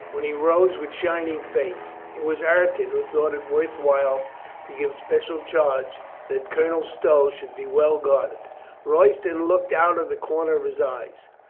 when he rose with shining face, it was ireton who thought it worth while to give spe cial charge that colonel stow should be well guard ed. royston looked out of the corners of his eyes.